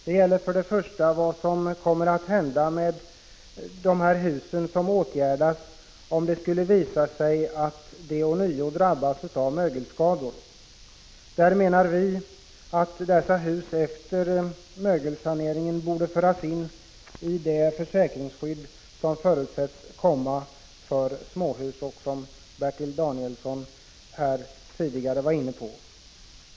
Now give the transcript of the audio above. Det gäller för det första vad som kommer att hända med dessa hus som åtgärdas, om det skulle visa sig att de ånyo drabbas av mögelskador. Vi menar att dessa hus efter mögelsaneringen borde föras in i det försäkringsskydd som förutsätts komma för småhus och som Bertil Danielsson här tidigare var inne på.